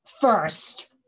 first